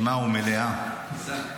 --- הוא אף פעם לא היה מספר שתיים.